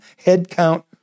headcount